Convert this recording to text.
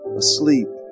asleep